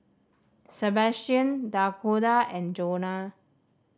Sabastian Dakoda and Jonah